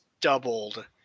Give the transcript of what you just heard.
doubled